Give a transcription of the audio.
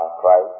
Christ